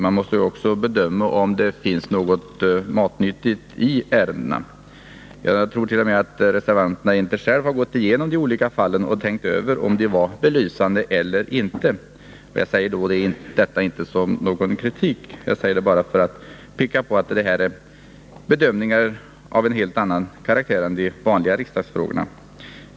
Man måste också bedöma om det finns någonting matnyttigt i ärendena. Jag tror inte heller att reservanterna själva gått igenom de olika fallen och tänkt över om de var belysande eller inte. Detta är ingen kritik — jag säger det bara för att peka på att här gäller det bedömningar av en helt annan karaktär än de vanliga riksdagsfrågorna.